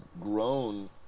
grown